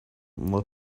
let